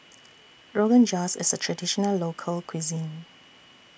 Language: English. Rogan Josh IS A Traditional Local Cuisine